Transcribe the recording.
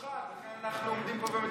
זה חוק מושחת, לכן אנחנו עומדים פה ומדברים.